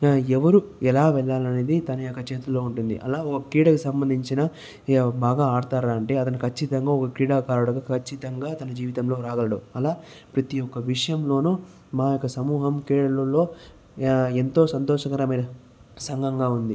ఎవరు ఎలా వెళ్లాలి అనేది తన యొక్క చేతిలో ఉంటుంది అలా ఒక క్రీడకు సంబంధించిన బాగా ఆడతారా అంటే అతను ఖచ్చితంగా ఒక క్రీడాకారుడిగా ఖచ్చితంగా తన జీవితంలో రాగలడు అలా ప్రతి ఒక్క విషయంలోనూ మా యొక్క సమూహం క్రీడలలో ఎంతో సంతోషకరమైన సంఘంగా ఉంది